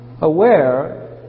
aware